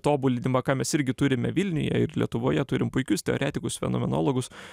tobulinimą ką mes irgi turime vilniuje ir lietuvoje turim puikius teoretikus fenomenologus